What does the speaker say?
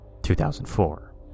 2004